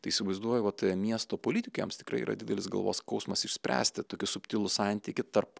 tai įsivaizduoju vat miesto politikėms tikrai yra didelis galvos skausmas išspręsti tokį subtilų santykį tarp